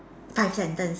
five sentence